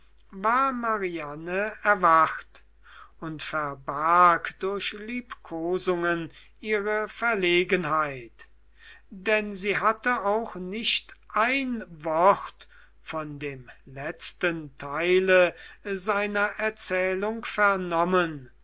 mariane erwacht und verbarg durch liebkosungen ihre verlegenheit denn sie hatte auch nicht ein wort von dem letzten teile seiner erzählung vernommen